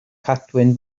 cadwyn